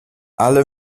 alle